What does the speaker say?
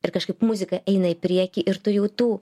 ir kažkaip muzika eina į priekį ir tu jau tų